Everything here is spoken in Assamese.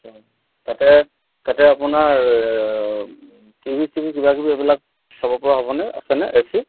তাতে তাতে আপোনাৰ টিভি চিভি কিবা কিবি এইবিলাক চাব পৰা হ'বনে আছেনে এ চি